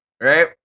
right